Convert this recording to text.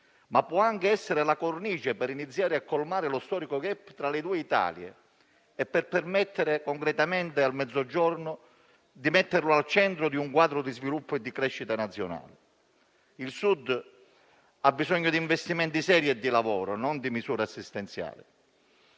ma può anche essere la cornice per iniziare a colmare lo storico *gap* tra le due Italie e per permettere di mettere concretamente il Mezzogiorno al centro di un quadro di sviluppo e di crescita nazionale. Il Sud ha bisogno di investimenti seri e di lavoro, non di misure assistenziali.